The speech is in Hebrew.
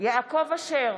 יעקב אשר,